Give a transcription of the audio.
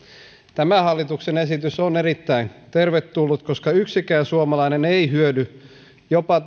tämä hallituksen esitys on erittäin tervetullut koska yksikään suomalainen ei hyödy jopa